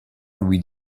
lui